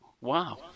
Wow